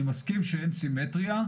אני מסכים שאין סימטריה,